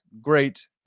great